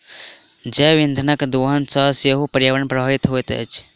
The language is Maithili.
जैव इंधनक दोहन सॅ सेहो पर्यावरण प्रभावित होइत अछि